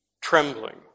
trembling